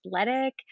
athletic